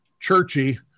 churchy